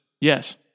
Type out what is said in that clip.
Yes